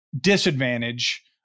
disadvantage